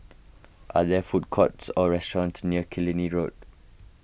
are there food courts or restaurants near Killiney Road